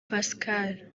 pascal